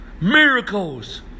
Miracles